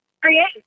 Create